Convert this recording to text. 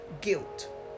guilt